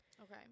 Okay